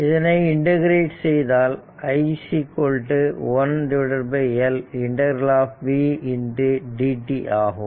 இதனை இண்டெகிரட் செய்தால் i 1L ∫v dt ஆகும்